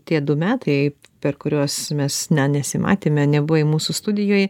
tie du metai per kuriuos mes na nesimatėme nebuvai mūsų studijoj